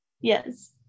Yes